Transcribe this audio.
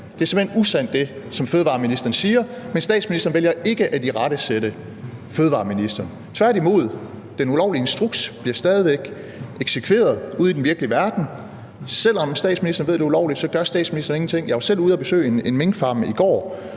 er simpelt hen usandt. Men statsministeren vælger ikke at irettesætte fødevareministeren. Tværtimod bliver den ulovlige instruks stadig væk eksekveret ude i den virkelige verden, og selv om statsministeren ved, at det er ulovligt, gør statsministeren ingenting. Jeg var selv ude at besøge en minkfarm i går,